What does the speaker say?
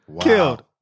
Killed